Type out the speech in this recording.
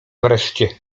wreszcie